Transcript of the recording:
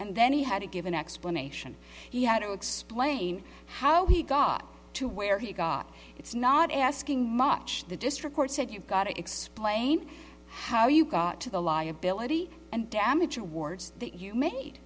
and then he had to give an explanation he had to explain how he got to where he got it's not asking much the district court said you've got to explain how you got to the liability and damage awards that you made